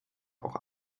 auch